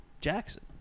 Jackson